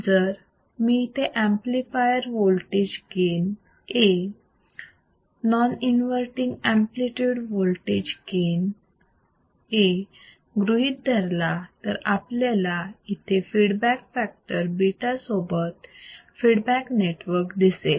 जर मी इथे amplifier voltage gain A non inverting implemented voltage gain A गृहीत धरला तर आपल्याला येते फीडबॅक फॅक्टर β सोबत फीडबॅक नेटवर्क दिसेल